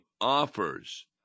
offers